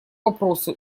вопросу